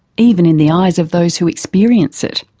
even in the eyes of those who experience it,